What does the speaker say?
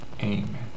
Amen